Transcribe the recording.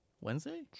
Wednesday